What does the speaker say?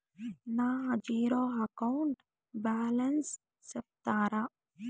నా zero account balance సెప్తారా?